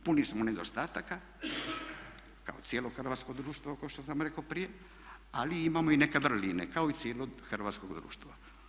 I puni smo nedostataka kao cijelo hrvatsko društvo kao što sam rekao prije ali imamo i neke vrline kao i cijelo hrvatsko društvo.